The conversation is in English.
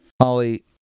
Holly